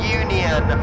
union